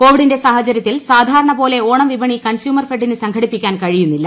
കോവിഡിന്റെ സാഹചര്യത്തിൽ സാധാരണ പോലെ ഓണം വിപണി കൺസ്യൂമർ ഫെഡിന് സംഘടിപ്പിക്കാൻ കഴിയുന്നില്ല